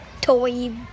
toy